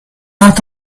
out